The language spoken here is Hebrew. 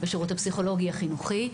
בשירות הפסיכולוגי החינוכי.